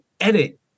edit